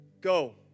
go